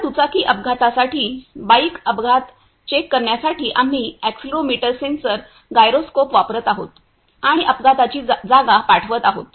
आता दुचाकी अपघातासाठी बाइक अपघाता चेक करण्यासाठी आम्ही अॅक्सिलरोमीटर सेन्सर गायरोस्कोप वापरत आहोत आणि अपघाताची जागा पाठवत आहोत